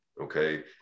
okay